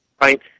right